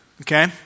okay